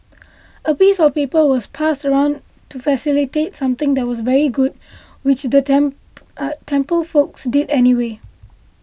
a piece of paper was passed around to facilitate something that was very good which the temp temple folks did anyway